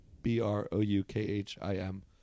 B-R-O-U-K-H-I-M